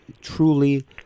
truly